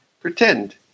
Pretend